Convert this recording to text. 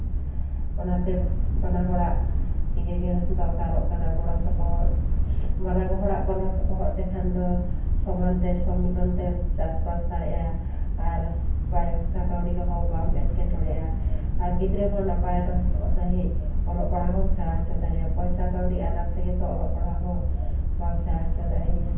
ᱚᱱᱟᱛᱮ ᱵᱟᱱᱟ ᱦᱚᱲᱟᱜ ᱤᱭᱟᱹᱜᱮ ᱫᱚᱨᱠᱟᱨᱚᱜ ᱠᱟᱱᱟ ᱜᱚᱲᱚ ᱥᱚᱯᱚᱦᱚᱫ ᱵᱟᱱᱟ ᱦᱚᱲᱟᱜ ᱜᱚᱲᱚ ᱥᱚᱯᱚᱦᱚᱫ ᱛᱮᱠᱷᱟᱱ ᱫᱚ ᱥᱚᱢᱟᱱᱛᱮ ᱥᱚᱵᱽ ᱢᱤᱞᱚᱱ ᱛᱮᱢ ᱪᱟᱥᱵᱟᱥ ᱫᱟᱲᱭᱟᱜᱼᱟ ᱟᱨ ᱯᱚᱭᱥᱟ ᱠᱟᱹᱣᱰᱤ ᱨᱮᱦᱚᱸ ᱵᱟᱢ ᱮᱴᱠᱮᱴᱚᱬᱮᱜᱼᱟ ᱟᱨ ᱜᱤᱫᱽᱨᱟᱹ ᱦᱚᱸ ᱱᱟᱯᱟᱭ ᱥᱟᱺᱦᱤᱡ ᱚᱞᱚᱜ ᱯᱟᱲᱦᱟᱣ ᱦᱚᱢ ᱥᱮᱬᱟ ᱦᱚᱪᱚ ᱫᱟᱲᱮᱭᱟᱠᱚᱣᱟ ᱯᱚᱭᱥᱟ ᱠᱟᱹᱣᱰᱤ ᱟᱱᱟᱴ ᱛᱮᱜᱮ ᱛᱚ ᱚᱞᱚᱜ ᱯᱟᱲᱦᱟᱣ ᱦᱚᱸ ᱵᱟᱢ ᱥᱮᱬᱟ ᱦᱚᱪᱚ ᱫᱟᱲᱮᱭᱟᱭᱟ